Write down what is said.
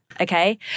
okay